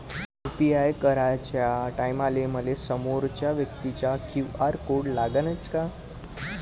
UPI कराच्या टायमाले मले समोरच्या व्यक्तीचा क्यू.आर कोड लागनच का?